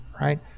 right